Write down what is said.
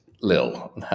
lil